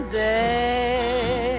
day